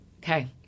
Okay